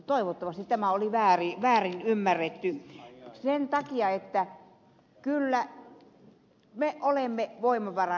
toivottavasti tämä oli väärin ymmärretty sen takia että kyllä me olemme voimavara ed